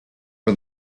for